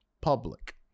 public